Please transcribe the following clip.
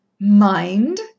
Mind